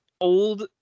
old